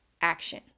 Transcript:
action